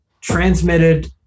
transmitted